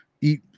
eat